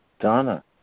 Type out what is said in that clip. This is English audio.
Donna